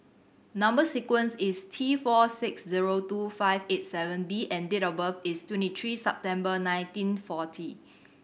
number sequence is T four six zero two five eight seven B and date of birth is twenty three September nineteen forty